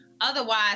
Otherwise